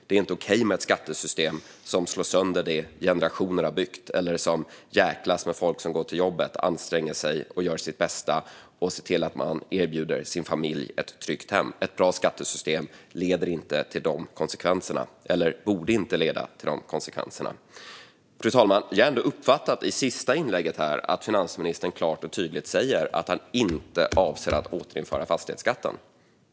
Det är inte okej med ett skattesystem som slår sönder det som generationer har byggt eller som jäklas med folk som går till jobbet, anstränger sig, gör sitt bästa och ser till att man erbjuder sin familj ett tryggt hem. Ett bra skattesystem leder inte till, eller borde inte leda till, de konsekvenserna. Fru talman! Jag har ändå uppfattat i det sista inlägget att finansministern klart och tydligt säger att han inte avser att återinföra fastighetsskatten.